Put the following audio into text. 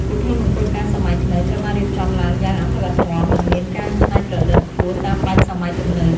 ពិធីមង្គលការសម័យថ្មីត្រូវបានរៀបចំឡើងយ៉ាងអធិកអធម និងមានការច្នៃប្រឌិតខ្ពស់តាមបែបសម័យទំនើប។